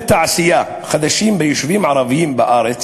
תעשייה חדשים ביישובים ערביים בארץ